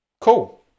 Cool